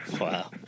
Wow